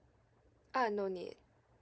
ah no need